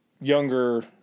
younger